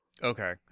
Okay